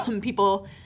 people